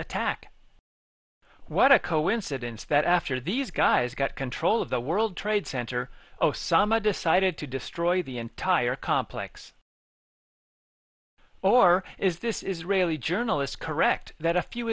attack what a coincidence that after these guys got control of the world trade center osama decided to destroy the entire complex or is this israeli journalist correct that a few